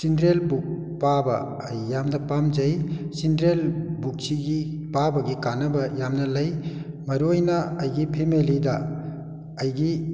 children book ꯄꯥꯕ ꯑꯩ ꯌꯥꯝꯅ ꯄꯥꯝꯖꯩ ꯆꯤꯟꯗ꯭ꯔꯦꯟ ꯕꯨꯛꯁꯤꯒꯤ ꯄꯥꯕꯒꯤ ꯀꯥꯟꯅꯕ ꯌꯥꯝꯅ ꯂꯩ ꯃꯔꯨ ꯑꯣꯏꯅ ꯑꯩꯒꯤ ꯐꯦꯃꯦꯂꯤꯗ ꯑꯩꯒꯤ